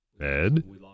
Ed